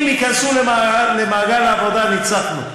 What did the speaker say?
אם ייכנסו למעגל העבודה, ניצחנו.